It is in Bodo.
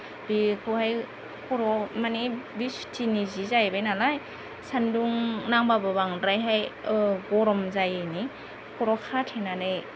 बेखौहाय खर'आव माने बे सुथिनि जि जाहैबाय नालाय सान्दुं नांब्लाबो बांद्रायहाय गरम जायैनि खर'आव खाथेनानै